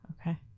Okay